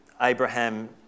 Abraham